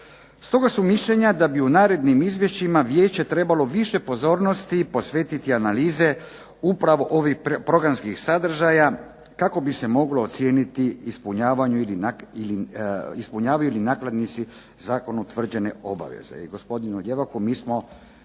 Stoga smo mišljenja da bi u narednim Izvješćima Vijeće trebalo više pozornosti posvetiti analize upravo ovih programskih sadržaja, kako bi se moglo ocijeniti ispunjavaju li nakladnici zakonom utvrđene obaveze.